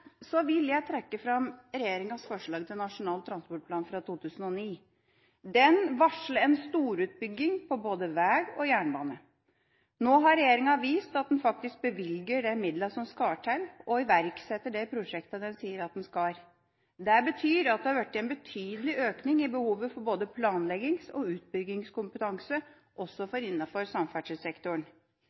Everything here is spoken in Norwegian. vil jeg trekke fram regjeringas forslag til Nasjonal transportplan fra 2009. Den varslet en storutbygging på både vei og jernbane. Nå har regjeringa vist at den faktisk bevilger de midlene som skal til, og iverksetter de prosjektene den sier den skal. Det betyr at det har vært en betydelig økning i behovet for både planleggings- og utbyggingskompetanse også innenfor samferdselssektoren. Regjeringas politikk betyr også noe for